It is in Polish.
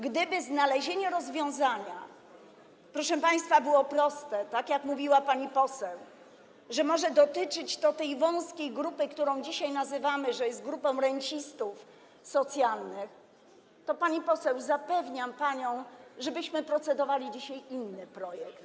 Gdyby znalezienie rozwiązania, proszę państwa, było takie proste, tak jak mówiła pani poseł, że może dotyczyć to tej wąskiej grupy, którą dzisiaj nazywamy grupą rencistów socjalnych, to, pani poseł, zapewniam panią, że byśmy procedowali dzisiaj inny projekt.